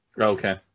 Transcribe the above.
Okay